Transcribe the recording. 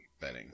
betting